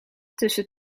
tussen